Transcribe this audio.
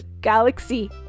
Galaxy